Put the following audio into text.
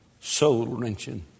Soul-wrenching